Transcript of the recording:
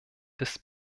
des